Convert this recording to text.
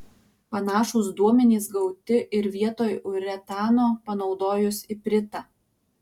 panašūs duomenys gauti ir vietoj uretano panaudojus ipritą